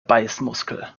beißmuskel